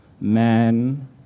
man